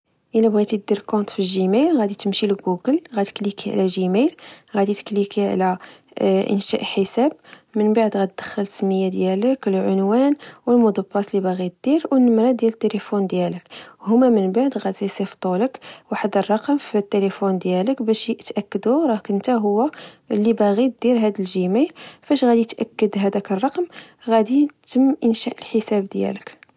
إلى بغيتي دير كونط في الجيميل، غدي تمشي لچوچل، غتكليكي على جيميل، غدي تكليكي على إنشاء حساب ، من بعد غدخل السمية ديالك ، العنوان، و المودپاس لباغي دير ، و النمرة ذيال الطليفون ديالك. هما من بعد غدي سيفطو ليك واحد الرقم في الطليفون ديالك باش يتأكدو راك نتا هو لباغي دير هاد الجيميل ، فاش غدي تأكد هداك الرقم، غدي تم إنشاء لحساب ديالك